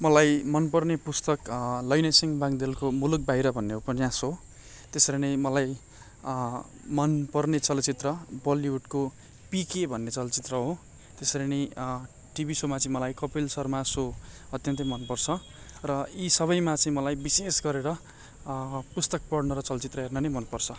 मलाई मन पर्ने पुस्तक लैनसिहं बाङ्देलको मुलुक बाहिर भन्ने उपन्यास हो त्यसरी नै मलाई मन पर्ने चलचित्र बलिवुडको पिके भन्ने चलचित्र हो त्यसरी नै टिभी सोमा चाहिँ मलाई कपिल शर्मा सो अत्यन्त मन पर्छ र यी सबमा चाहिँ मलाई विशेष गरेर पुस्तक पढ्न र चलचित्र हेर्न नै मन पर्छ